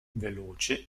veloce